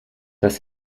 dass